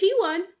P1